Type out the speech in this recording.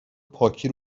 پاکی